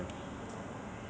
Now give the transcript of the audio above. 至少五个